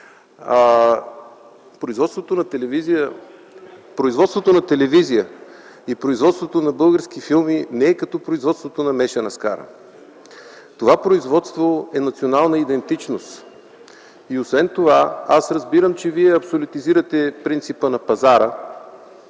Производството на телевизия и на български филми не е като производството на мешана скара. Това производство е национална идентичност. Освен това аз разбирам, че Вие абсолютизирате принципа на пазара,